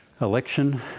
election